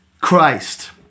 Christ